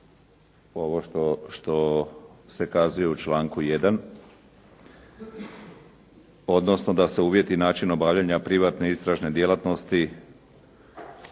ovo što se kazuje u članku 1. odnosno da se uvjeti i način obavljanja privatne istražne djelatnosti